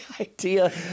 idea